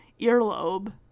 earlobe